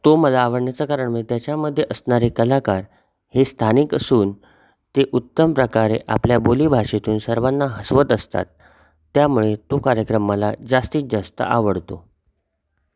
तो मला आवडण्याचा कारण म्हणजे त्याच्यामध्ये असणारे कलाकार हे स्थानिक असून ते उत्तम प्रकारे आपल्या बोलीभाषेतून सर्वांना हसवत असतात त्यामुळे तो कार्यक्रम मला जास्तीत जास्त आवडतो